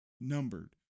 numbered